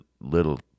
little